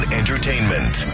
entertainment